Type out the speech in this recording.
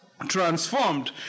transformed